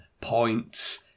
points